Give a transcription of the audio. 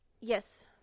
Yes